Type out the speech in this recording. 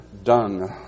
done